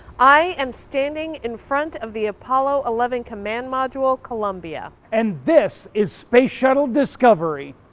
i am standing in front of the apollo eleven command module, columbia. and this is space shuttle discovery.